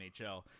NHL